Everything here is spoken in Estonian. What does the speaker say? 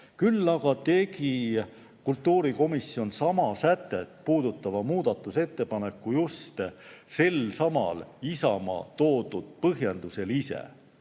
Küll aga tegi kultuurikomisjon sama sätet puudutava muudatusettepaneku just selsamal Isamaa toodud põhjendusel ise.